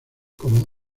como